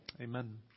Amen